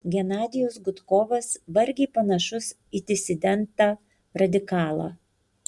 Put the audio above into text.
genadijus gudkovas vargiai panašus į disidentą radikalą